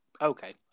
okay